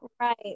Right